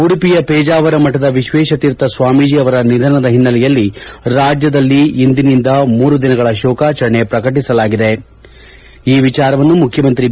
ಉಡುಪಿಯ ಪೇಜಾವರ ಮಠದ ವಿಶ್ವೇಶತೀರ್ಥ ಸ್ವಾಮೀಜಿ ನಿಧನದ ಹಿನ್ನೆಲೆಯಲ್ಲಿ ರಾಜ್ಯದಲ್ಲಿ ಇಂದಿನಿಂದ ಮೂರು ದಿನಗಳ ಕಾಲ ಶೋಕಾಚರಣೆ ಪ್ರಕಟಿಸಲಾಗಿದೆ ಎಂದು ಮುಖ್ಯಮಂತ್ರಿ ಬಿ